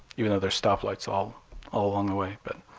even though there's stoplights all along the way. but